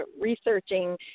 researching